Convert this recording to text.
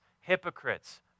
hypocrites